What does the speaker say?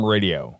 Radio